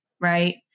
right